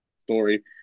story